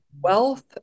wealth